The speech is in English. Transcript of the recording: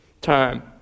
time